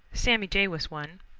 sammy jay was one.